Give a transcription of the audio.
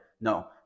no